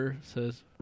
says